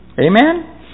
Amen